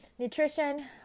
Nutrition